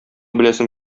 беләсем